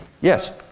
yes